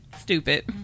Stupid